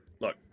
look